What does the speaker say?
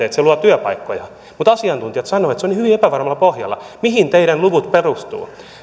että se luo työpaikkoja mutta asiantuntijat sanovat että se on hyvin epävarmalla pohjalla mihin teidän lukunne perustuvat